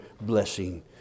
blessing